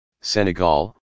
Senegal